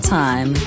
time